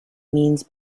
means